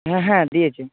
হ্যাঁ হ্যাঁ দিয়েছে